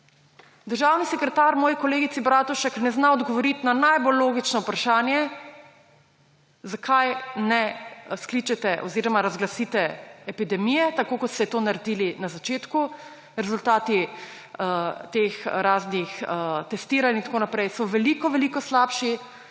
Državni sekretar moji kolegici Bratušek ne zna odgovoriti na najbolj logično vprašanje, zakaj ne skličete oziroma razglasite epidemije, tako kot ste to naredili na začetku. **48. TRAK: (TB) – 13.55** (nadaljevanje) Rezultati teh raznih testiranj in tako naprej so veliko, veliko slabši,